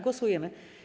Głosujemy.